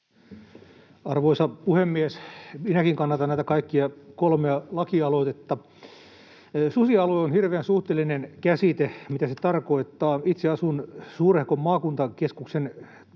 Arvoisa puhemies! Minäkin kannatan näitä kaikkia kolmea laki-aloitetta. Susialue on hirveän suhteellinen käsite sen suhteen, mitä se tarkoittaa. Itse asun suurehkon maakuntakeskuksen